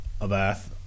Abath